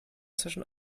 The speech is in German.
zwischen